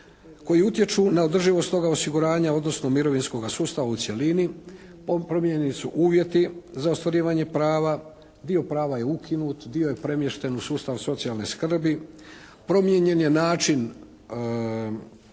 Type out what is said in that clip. koji utječu na održivost toga osiguranja odnosno mirovinskoga sustava u cjelini, promijenjeni su uvjeti za ostvarivanje prava, dio prava je uminut, dio je premješten u sustav socijalne skrbi, promijenjen je način